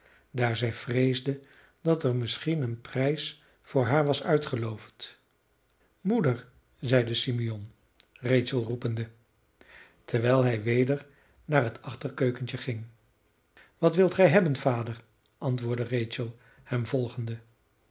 daar zij vreesde dat er misschien een prijs voor haar was uitgeloofd moeder zeide simeon rachel roepende terwijl hij weder naar het achterkeukentje ging wat wilt gij hebben vader antwoordde rachel hem volgende